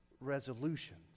resolutions